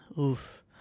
Oof